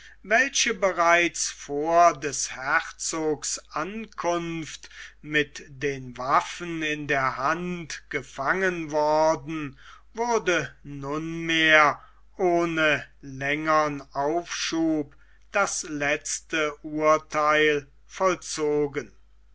welche bereits vor des herzogs ankunft mit den waffen in der hand gefangen worden wurde nunmehr ohne längern aufschub das letzte urtheil vollzogen